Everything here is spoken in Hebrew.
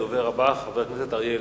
הדובר הבא, חבר הכנסת אריה אלדד.